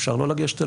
אפשר לא לגשת אליו,